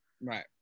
Right